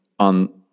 on